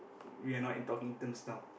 we are not in talking terms now